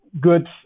good